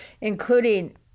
including